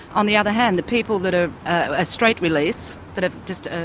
on the other hand, the people that are ah straight release, that have just ah